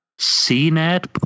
CNET